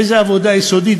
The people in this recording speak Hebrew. איזו עבודה יסודית,